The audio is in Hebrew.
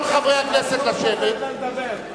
לדבר.